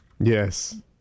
Yes